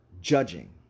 judging